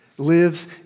lives